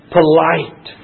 polite